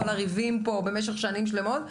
כל הריבים פה במשך שנים שלמות,